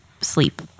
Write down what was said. sleep